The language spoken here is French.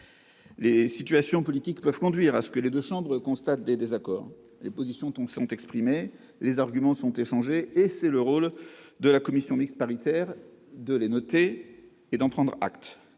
Les situations politiques peuvent conduire à ce que les deux chambres constatent des désaccords entre elles. Les positions sont exprimées, les arguments sont échangés et c'est le rôle de la commission mixte paritaire d'en prendre acte.